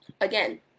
again